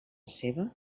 seva